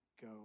go